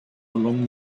along